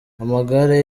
amagare